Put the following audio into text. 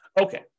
Okay